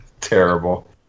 Terrible